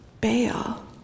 bail